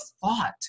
thought